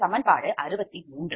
இது சமன்பாடு 63